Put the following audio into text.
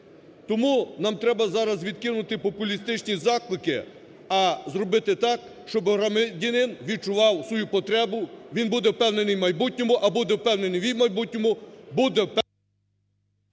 Тому нам треба зараз відкинути популістичні заклики, а зробити так, щоби громадянин відчував свою потребу. Він буде впевнений в майбутньому, а буде впевнений він в майбутньому,